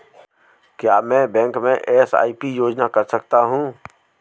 क्या मैं बैंक में एस.आई.पी योजना कर सकता हूँ?